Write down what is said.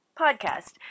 podcast